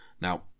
now